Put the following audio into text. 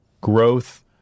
growth